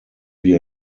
wir